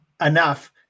enough